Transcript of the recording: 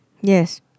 Yes